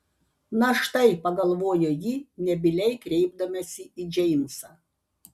na štai pagalvojo ji nebyliai kreipdamasi į džeimsą